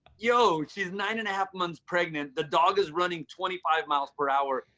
yo, she's nine and a half months pregnant. the dog is running twenty five miles per hour.